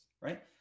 right